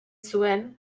zuen